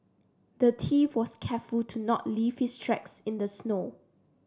the thief was careful to not leave his tracks in the snow